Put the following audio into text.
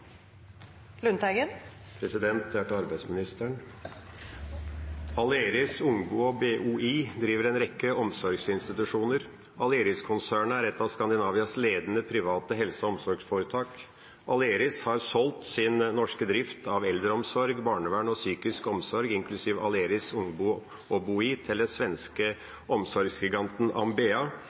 Det er til arbeidsministeren. Aleris Ungplan & BOI driver en rekke omsorgsinstitusjoner. Aleris-konsernet er et av Skandinavias ledende private helse- og omsorgsforetak. Aleris har solgt sin norske drift av eldreomsorg, barnevern og psykisk omsorg, inklusiv Aleris Ungplan & BOI, til den svenske omsorgsgiganten Ambea,